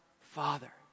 Father